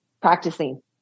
practicing